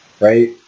right